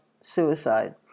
suicide